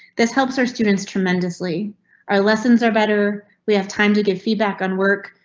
this helps our students tremendously are lessons are better. we have time to give feedback on work.